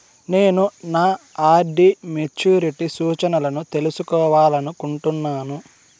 నేను నా RD maturity సూచనలను తెలుసుకోవాలనుకుంటున్నాను